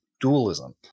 dualism